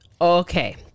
Okay